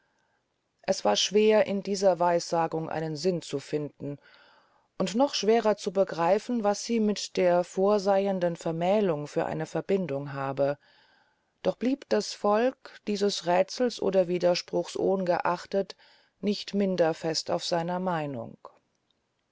es war schwer in dieser weissagung einen sinn zu finden und noch schwerer zu begreifen was sie mit der vorseyenden vermählung für eine verbindung habe doch blieb das volk dieses räthsels oder widerspruchs ohngeachtet nicht minder fest auf seiner meinung